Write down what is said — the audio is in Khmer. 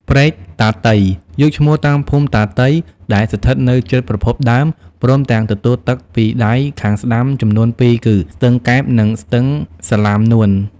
ព្រែកតាតី យកឈ្មោះតាមភូមិតាតី ដែលស្ថិតនៅជិតប្រភពដើម ព្រមទាំងទទួលទឹកពីដៃខាងស្តាំចំនួនពីរគឺ ស្ទឹងកែប និងស្ទឹងសាលាមនួន។